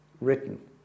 written